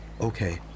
Okay